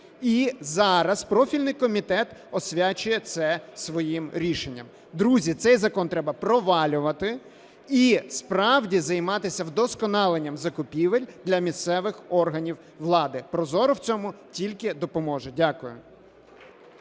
І зараз профільний комітет освячує це своїм рішенням. Друзі, цей закон треба провалювати і справді займатися вдосконаленням закупівель для місцевих органів влади. ProZorro в цьому тільки допоможе. Дякую.